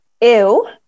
ew